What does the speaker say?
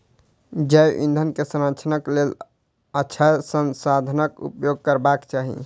जैव ईंधन के संरक्षणक लेल अक्षय संसाधनाक उपयोग करबाक चाही